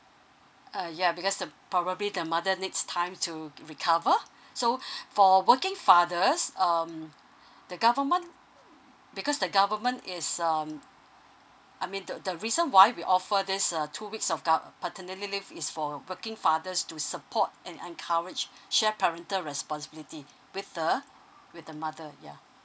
uh ya because uh probably the mother needs time to recover so for working fathers um the government because the government is um I mean the the reason why we offer this uh two weeks of gov~ the paternity leave is for working fathers to support and encourage share parental responsibility with the with the mother yeah